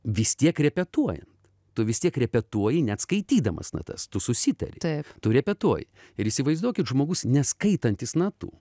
vis tiek repetuojant tu vis tiek repetuoji net skaitydamas natas tu susitari tu repetuoji ir įsivaizduokit žmogus neskaitantis natų